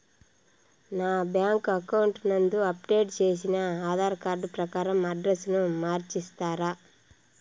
నా bank account నందు update చేసిన ఆధార్ కార్డు ప్రకారం అడ్రస్ ను మార్చిస్తారా?